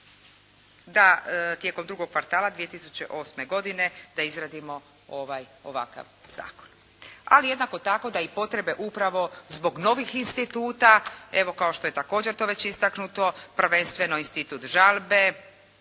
da tijekom drugog kvartala 2008. godine da izradimo ovaj ovakav zakon. Ali jednako tako da i potrebe upravo zbog novih instituta evo kao što je također to već istaknuto prvenstveno institut žalbe